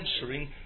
answering